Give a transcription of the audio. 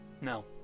No